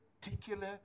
particular